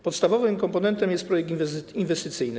Podstawowym komponentem jest projekt inwestycyjny.